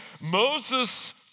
Moses